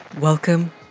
welcome